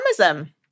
Amazon